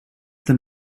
than